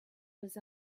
was